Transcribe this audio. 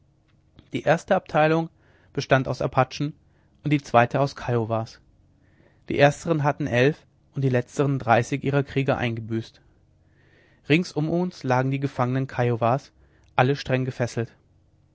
die erste abteilung bestand aus apachen und die zweite aus kiowas die ersteren hatten elf und die letzteren dreißig ihrer krieger eingebüßt rings um uns lagen die gefangenen kiowas alle streng gefesselt